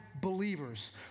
believers